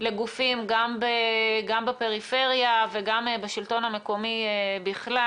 לגופים גם בפריפריה וגם בשלטון המקומי בכלל.